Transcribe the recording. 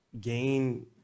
gain